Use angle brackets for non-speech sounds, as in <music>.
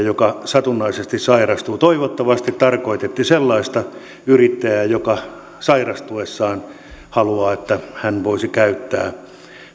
<unintelligible> joka satunnaisesti sairastuu toivottavasti tarkoititte sellaista yrittäjää joka sairastuessaan haluaa että hän voisi käyttää